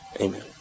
amen